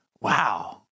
Wow